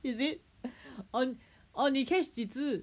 is it oh oh 你 catch 几只